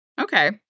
Okay